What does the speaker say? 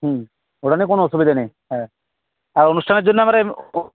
হুম ওটা নিয়ে কোনো অসুবিধা নেই হ্যাঁ আর অনুষ্ঠানের জন্য এবারেও